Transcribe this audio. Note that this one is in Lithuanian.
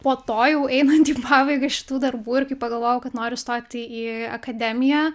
po to jau einant į pabaigą šitų darbų ir kai pagalvojau kad noriu stoti į akademiją